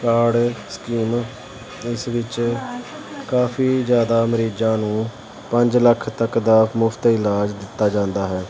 card scheme ਇਸ ਵਿੱਚ ਕਾਫੀ ਜ਼ਿਆਦਾ ਮਰੀਜ਼ਾਂ ਨੂੰ ਪੰਜ ਲੱਖ ਤੱਕ ਦਾ ਮੁਫਤ ਇਲਾਜ ਦਿੱਤਾ ਜਾਂਦਾ ਹੈ